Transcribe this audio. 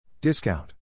Discount